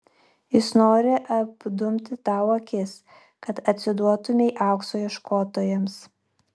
jis nori apdumti tau akis kad atsiduotumei aukso ieškotojams